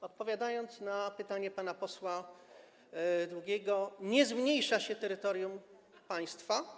Odpowiadając na pytanie pana posła Długiego, powiem, że nie zmniejsza się terytorium państwa.